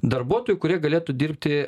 darbuotojų kurie galėtų dirbti